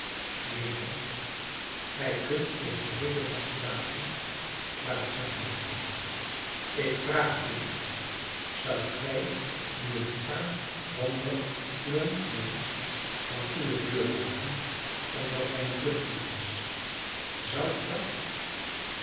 neen john gij kunt den geheelen nacht praten maar dat zou niet gaan ik vraag het u john zoudt gij nu een arm hongerig verkleumd mensch van uwe deur jagen omdat hij een vluchteling was zoudt ge dat